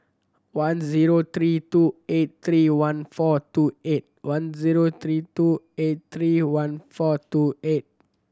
one zero three two eight three one four two eight one zero three two eight three one four two eight